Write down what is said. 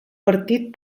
partit